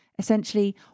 Essentially